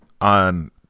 on